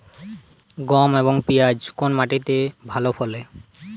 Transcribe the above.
গম এবং পিয়াজ কোন মাটি তে ভালো ফলে?